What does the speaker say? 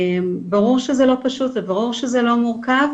ברור שזה לא פשוט, וברור שזה מורכב.